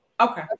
okay